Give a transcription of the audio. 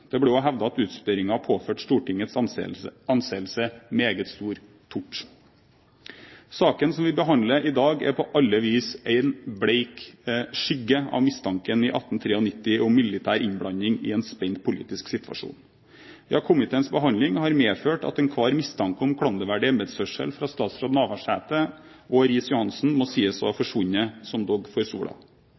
Det ble også hevdet at utspørringen har påført Stortingets anseelse meget stor tort. Saken som vi behandler i dag, er på alle vis en blek skygge av mistanken i 1893 om militær innblanding i en spent politisk situasjon. Ja, komiteens behandling har medført at enhver mistanke om klanderverdig embetsførsel fra statsrådene Navarsete og Riis-Johansen må sies å ha forsvunnet som dugg for